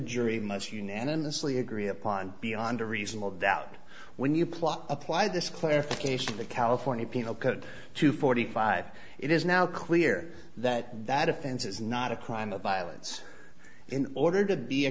jury must unanimously agree upon beyond a reasonable doubt when you plot apply this clarification of the california penal code two forty five it is now clear that that offense is not a crime of violence in order to be a